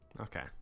Okay